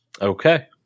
okay